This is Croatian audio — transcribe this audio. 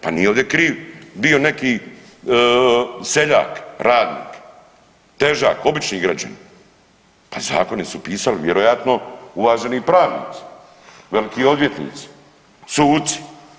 Pa nije ovdje kriv bio neki seljak, radnik, težak, obični građanin pa zakoni su pisali vjerojatno uvaženi pravnici, veliki odvjetnici, suci.